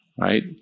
right